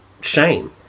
shame